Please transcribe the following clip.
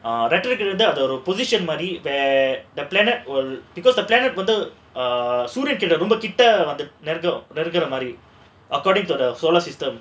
ah வந்து அது ஒரு:vandhu adhu oru where the planet or because the planet சூரியன் கிட்ட வந்து நெருங்குற மாதிரி:sooryan kitta vandhu nerungura maadhiri according to the solar system